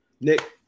Nick